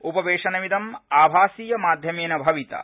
उपवेशनमिदम् आभासीय माध्यमेन भविता